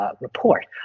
report